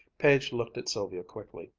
page looked at sylvia quickly,